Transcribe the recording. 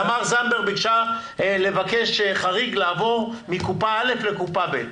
תמר זנדברג ביקשה לבקש חריג לעבור מקופה א' לקופה ב',